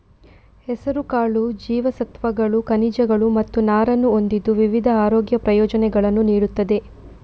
ಹೆಸರುಕಾಳು ಜೀವಸತ್ವಗಳು, ಖನಿಜಗಳು ಮತ್ತು ನಾರನ್ನು ಹೊಂದಿದ್ದು ವಿವಿಧ ಆರೋಗ್ಯ ಪ್ರಯೋಜನಗಳನ್ನು ನೀಡುತ್ತದೆ